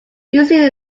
usually